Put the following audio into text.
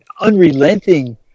unrelenting